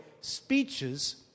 speeches